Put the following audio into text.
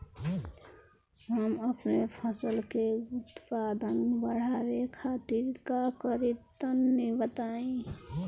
हम अपने फसल के उत्पादन बड़ावे खातिर का करी टनी बताई?